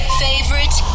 favorite